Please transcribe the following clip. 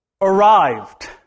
arrived